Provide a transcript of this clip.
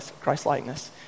Christ-likeness